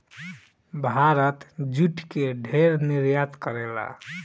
Bharat jute के ढेर निर्यात करेला